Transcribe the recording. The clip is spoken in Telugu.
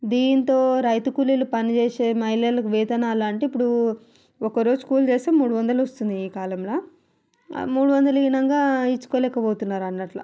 దీంతో రైతు కూలీలు పనిచేసే మహిళలకు వేతనాలు అంటే ఇప్పుడు ఒకరోజు కూలి చేస్తే మూడు వందలు వస్తున్నాయి ఈ కాలంలో మూడు వందలు ఈనంగా ఇచ్చుకోలేకపోతున్నారు అన్నట్ల